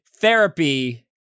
Therapy